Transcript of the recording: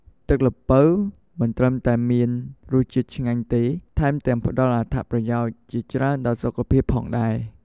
ទឹកល្ពៅមិនត្រឹមតែមានរសជាតិឆ្ងាញ់ទេ ថែមទាំងផ្តល់អត្ថប្រយោជន៍ជាច្រើនដល់សុខភាពផងដែរ។